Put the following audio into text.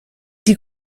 die